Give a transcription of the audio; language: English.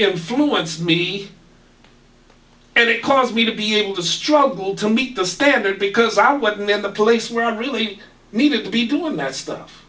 influence me and it caused me to be able to struggle to meet the standard because i wasn't in the place where i really needed to be doing that